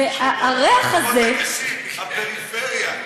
והריח הזה, במקומות הקשים, הפריפריה.